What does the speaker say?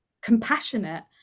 compassionate